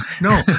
No